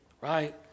right